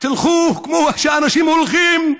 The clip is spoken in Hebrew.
תלכו כמו שאנשים הולכים.